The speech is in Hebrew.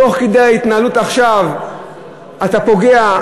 תוך כדי ההתנהלות עכשיו אתה פוגע,